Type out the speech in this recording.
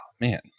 man